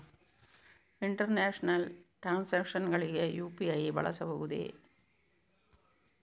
International transactions ಗಳಿಗೆ UPI ಬಳಸಬಹುದೇ?